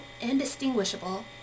indistinguishable